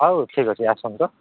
ହଉ ଠିକ୍ ଅଛି ଆସନ୍ତୁ ତ